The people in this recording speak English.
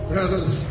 Brothers